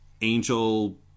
angel